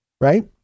right